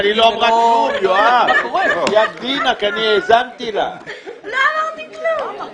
היא עוד לא אמרה כלום.